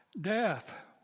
Death